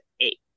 eight